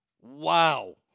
Wow